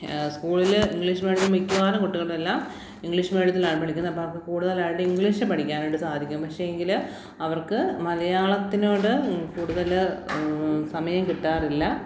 സ്കൂളില് English medium മിക്കവാറും കുട്ടികൾക്കെല്ലാം ഇംഗ്ലീഷ് മീഡിയത്തിലാണ് പഠിക്കുന്നത് അപ്പോള് അപ്പോള് കൂടുതലായിട്ടും ഇംഗ്ലീഷ് പഠിക്കാനായിട്ട് സാധിക്കും പക്ഷേങ്കില് അവർക്ക് മലയാളത്തിനോട് കൂടുതല് സമയം കിട്ടാറില്ല